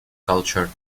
culture